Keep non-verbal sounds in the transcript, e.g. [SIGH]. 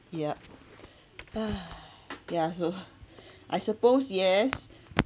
ya !hais! yeah so [BREATH] I suppose yes